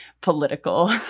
political